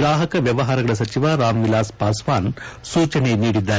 ಗ್ರಾಪಕ ವ್ವವಹಾರಗಳ ಸಚಿವ ರಾಮವಿಲಾಸ್ ಪಾಸ್ವಾನ್ ಸೂಜನೆ ನೀಡಿದ್ದಾರೆ